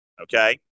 Okay